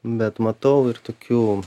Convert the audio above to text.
bet matau ir tokių